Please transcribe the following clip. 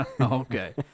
Okay